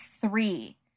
three